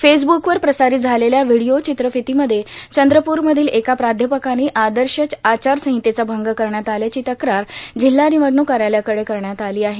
फेसब्कवर प्रसार्रारत झालेल्या व्हिडओ र्चर्त्राफतीमध्ये चंद्रपूरमधील एका प्राध्यापकानी आदश आचारसंाहतेचा भंग करण्यात आल्याची तक्रार जिल्हा र्गनवडणूक कायालयाकडे करण्यात आलां आहे